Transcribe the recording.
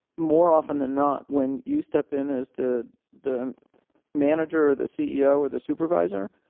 more often than not when you step in as the the manager, the ceo or the supervisor,